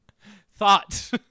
Thought